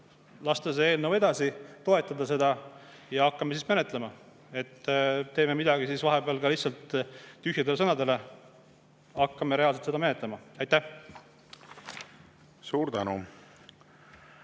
lasta see eelnõu edasi, toetada seda ja hakkame siis menetlema. Teeme vahelduseks midagi lisaks tühjadele sõnadele ja hakkame reaalselt seda menetlema. Aitäh! Suur tänu!